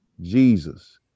Jesus